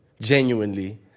Genuinely